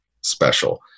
special